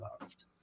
loved